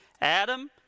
Adam